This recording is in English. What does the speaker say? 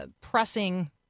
pressing